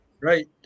Right